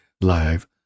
live